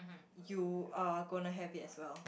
you are gonna have it as well